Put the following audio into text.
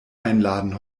einladen